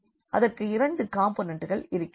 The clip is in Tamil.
இதற்கு இரண்டு காம்போனெண்ட்கள் இருக்கின்றன